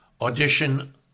audition